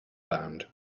band